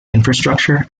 infrastructure